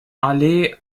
allee